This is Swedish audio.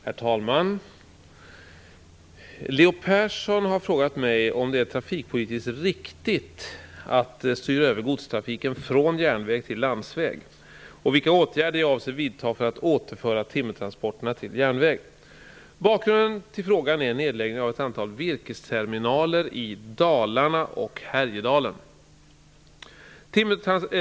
Herr talman! Leo Persson har frågat mig om det är trafikpolitiskt riktigt att styra över godstrafiken från järnväg till landsväg och vilka åtgärder jag avser vidta för att återföra timmertransporterna till järnväg. Bakgrunden till frågan är nedläggningen av ett antal virkesterminaler i Dalarna och Härjedalen.